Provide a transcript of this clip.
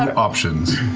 um options.